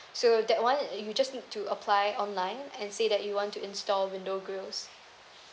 so that one you just need to apply online and say that you want to install window grills